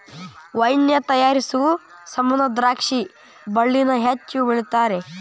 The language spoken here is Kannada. ವೈನ್ ತಯಾರಿಸು ಸಮಂದ ದ್ರಾಕ್ಷಿ ಬಳ್ಳಿನ ಹೆಚ್ಚು ಬೆಳಿತಾರ